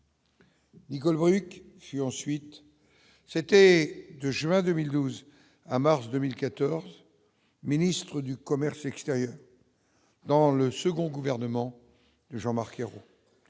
Nicole Bricq, qui ensuite, c'était de juin 2012, en mars 2014, ministre du commerce extérieur dans le second gouvernement Jean-Marc Ayrault,